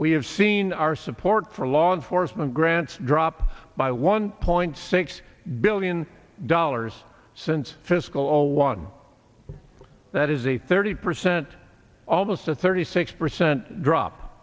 have seen our support for law enforcement grants dropped by one point six billion dollars since fiscal zero one that is a thirty percent almost a thirty six percent drop